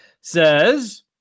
says